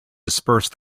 disperse